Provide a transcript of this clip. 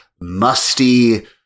musty